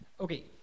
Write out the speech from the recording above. Okay